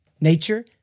nature